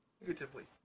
negatively